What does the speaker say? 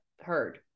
Heard